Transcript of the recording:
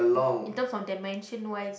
in terms of dimension wise